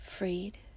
Freed